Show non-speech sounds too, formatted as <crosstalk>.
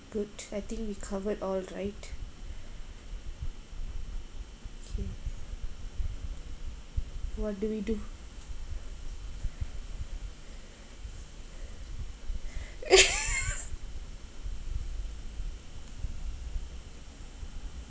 good I think we covered all right okay what do we do <laughs>